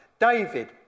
David